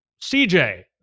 CJ